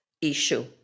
issue